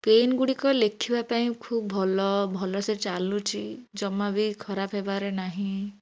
ପେନ୍ଗୁଡ଼ିକ ଲେଖିବା ପାଇଁ ଖୁବ୍ ଭଲ ଭଲସେ ଚାଲୁଛି ଜମା ବି ଖରାପ ହେବାରେ ନାହିଁ